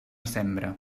sembre